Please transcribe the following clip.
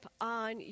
on